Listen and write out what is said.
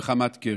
בחמת קרי.